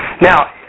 Now